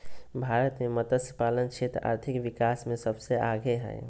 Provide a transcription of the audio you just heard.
भारत मे मतस्यपालन क्षेत्र आर्थिक विकास मे सबसे आगे हइ